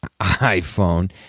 iPhone